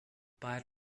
byrd